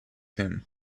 him